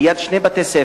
ליד שני בתי-ספר,